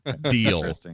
deal